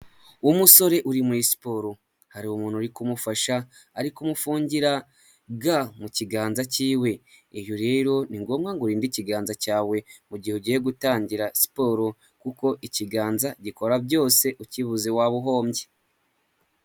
Umusore uri muri siporo hari umuntu uri kumufasha ariko umufungira ga mu kiganza cyiwe, iyo rero ni ngombwa ngo urinde ikiganza cyawe mu gihe ugiye gutangira siporo kuko ikiganza gikora byose ukibuze waba uhombye.